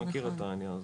מכיר את העניין הזה,